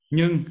Nhưng